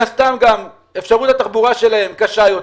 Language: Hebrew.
מן הסתם אפשרות התחבורה שלהם קשה יותר.